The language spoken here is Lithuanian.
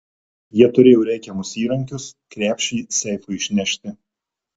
jie turėjo reikiamus įrankius krepšį seifui išnešti